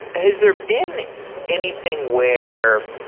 has there been anything where